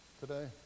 today